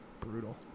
Brutal